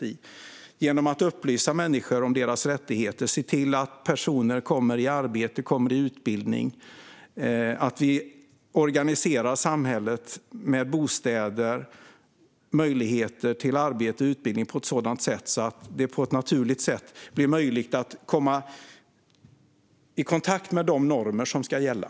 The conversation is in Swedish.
Vi gör det genom att upplysa människor om deras rättigheter, se till att personer kommer i arbete eller utbildning och organiserar samhället med bostäder så att det på ett naturligt sätt blir möjligt att komma i kontakt med de normer som ska gälla.